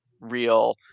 real